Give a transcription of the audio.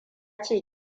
ce